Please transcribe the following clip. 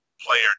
player